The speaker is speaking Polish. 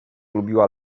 lubiła